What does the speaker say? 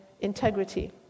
integrity